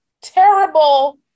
terrible